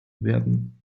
werden